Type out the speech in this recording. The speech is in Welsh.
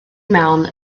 mewn